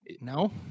No